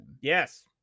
yes